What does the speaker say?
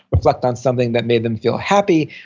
reflect on something that made them feel happy,